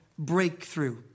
Breakthrough